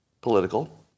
political